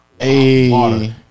Hey